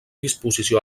disposició